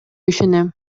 ишенем